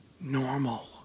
normal